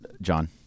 John